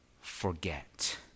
forget